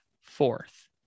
fourth